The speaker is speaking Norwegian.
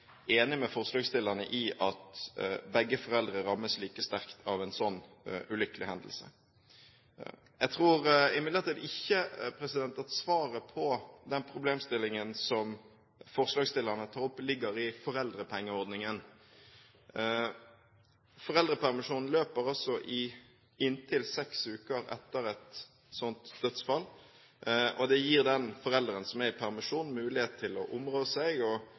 enig med forslagsstillerne i at begge foreldrene rammes like sterkt ved en slik ulykkelig hendelse. Jeg tror imidlertid ikke at svaret på den problemstillingen som forslagsstillerne tar opp, ligger i foreldrepengeordningen. Foreldrepermisjonen løper altså i inntil seks uker etter et slikt dødsfall. Det gir den forelderen som er i permisjon, mulighet til å områ seg og